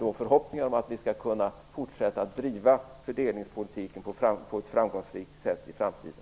Det ger förhoppningar om att vi skall kunna fortsätta att driva fördelningspolitiken på ett framgångsrikt sätt i framtiden.